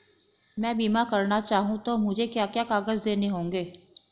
मैं बीमा करना चाहूं तो मुझे क्या क्या कागज़ देने होंगे?